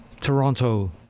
Toronto